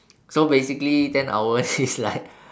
so basically ten hours is like